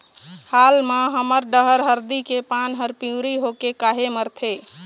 हाल मा हमर डहर हरदी के पान हर पिवरी होके काहे मरथे?